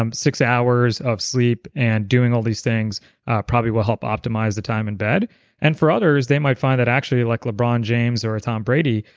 um six hours of sleep and doing all these things probably will help optimize the time and bed and for others, they might find that actually like lebron james or a tom brady,